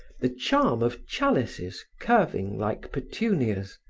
the charm of chalices curving like petunias,